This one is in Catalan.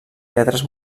lletres